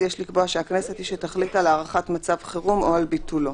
יש לקבוע שהכנסת היא שתחליט על הארכת מצב החירום או על ביטולו.